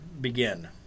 begin